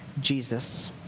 Jesus